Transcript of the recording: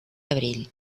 abril